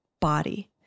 body